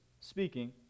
speaking